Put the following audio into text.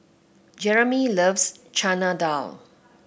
Jeramy loves Chana Dal